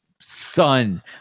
Son